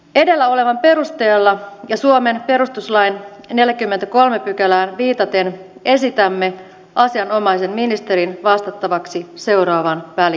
edellä olevan perusteella ja suomen perustuslain neljäkymmentäkolme pykälään viitaten esitämme asianomaisen ministerin vastattavaksi seuraavaan päin